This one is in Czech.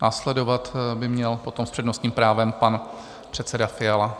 Následovat by potom měl s přednostním právem pan předseda Fiala.